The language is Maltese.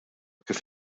kif